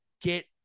get